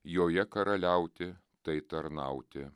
joje karaliauti tai tarnauti